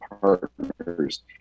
partners